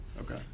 Okay